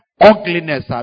ugliness